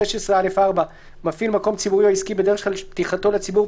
תקנה 16(א)(4) "מפעיל מקום ציבורי או עסקי בדרך של פתיחתו לציבור,